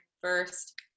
first